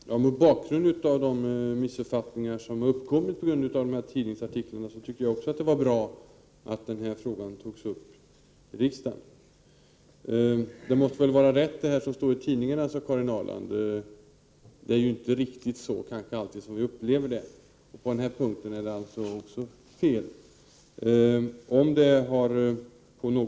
Herr talman! Mot bakgrund av de missuppfattningar som har uppkommit på grund av tidningsartiklarna tycker även jag att det var bra att denna fråga togs upp i riksdagen. Det som står i tidningarna måste väl vara rätt, sade Karin Ahrland. Vi kanske inte alltid upplever det så. På den här punkten är det alltså fel.